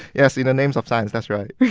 yes, in the name so of science. that's right